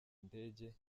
ndege